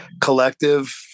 collective